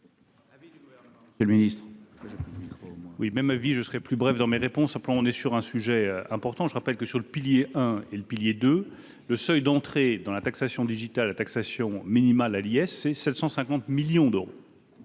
au moins. Oui, mais ma vie, je serai plus brève dans mes réponses à, on est sur un sujet important, je rappelle que sur le pilier hein et le pilier de le seuil d'entrée dans la taxation digitale la taxation minimale à Liesse et 750 millions d'euros.